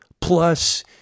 plus